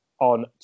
on